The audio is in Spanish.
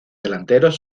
delanteros